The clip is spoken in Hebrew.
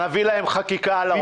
נביא להם חקיקה על הראש.